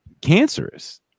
cancerous